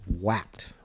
whacked